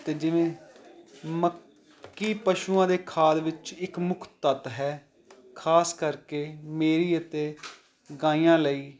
ਅਤੇ ਜਿਵੇਂ ਮੱਕੀ ਪਸ਼ੂਆਂ ਦੇ ਖਾਦ ਵਿੱਚ ਇੱਕ ਮੁੱਖ ਤੱਤ ਹੈ ਖਾਸ ਕਰਕੇ ਮੇਰੀ ਅਤੇ ਗਾਈਆਂ ਲਈ